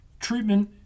Treatment